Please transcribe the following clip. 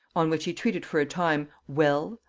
on which he treated for a time well,